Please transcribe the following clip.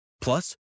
Plus